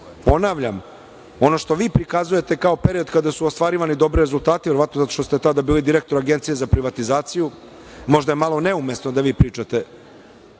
Ponavljam, ono što vi prikazujete kao period kada su ostvarivani dobri rezultati, verovatno zato što ste tada bili direktor Agencije za privatizaciju, možda je malo neumesno da vi pričate